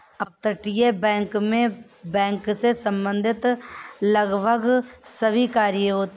अपतटीय बैंक मैं बैंक से संबंधित लगभग सभी कार्य होते हैं